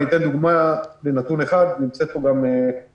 אני אתן דוגמה לנתון אחד נמצאת פה גם פרופסור